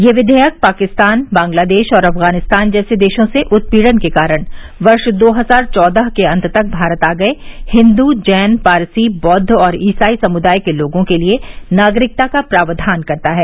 ये विधेयक पाकिस्तान बांग्लादेश और अफगानिस्तान जैसे देशों से उत्पीड़न के कारण वर्ष दो हजार चौदह के अन्त तक भारत आ गए हिन्दू जैन पारसी बौद्व और ईसाई समुदाय के लोगों के लिए नागरिकता का प्रावधान करता है